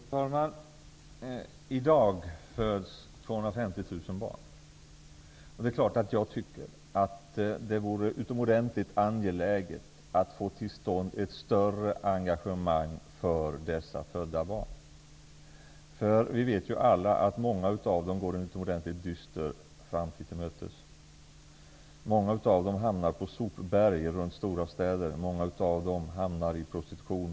Fru talman! I dag föds 250 000 barn. Det är klart att jag tycker att det vore utomordentligt angeläget att få till stånd ett större engagemang för dessa födda barn. Vi vet alla att många av dem går en utomordentligt dyster framtid till mötes. Många av dem hamnar på sopberg runt stora städer. Många av dem hamnar i prostitution.